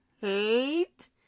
hate